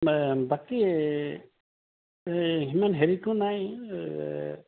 বাকী এই এই সিমান হেৰিটো নাই